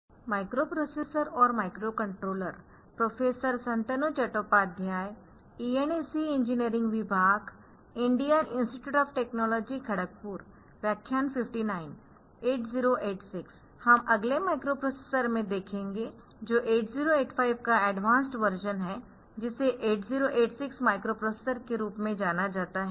हम अगले माइक्रोप्रोसेसर में देखेंगे जो 8085 का अडवांस्ड वर्शन है जिसे 8086 माइक्रोप्रोसेसरके रूप में जाना जाता है